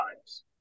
times